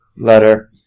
letter